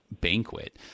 banquet